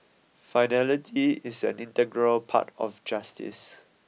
finality is an integral part of justice